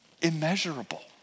immeasurable